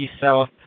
South